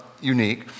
unique